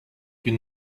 you